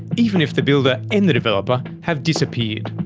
even if the builder and the developer have disappeared.